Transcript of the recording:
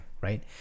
right